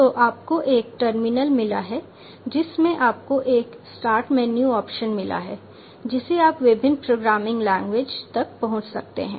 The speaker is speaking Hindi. तो आपको एक टर्मिनल मिला है जिसमें आपको एक स्टार्ट मेनू ऑप्शन मिला है जिसे आप विभिन्न प्रोग्रामिंग लैंग्वेज तक पहुंच सकते हैं